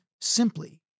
simply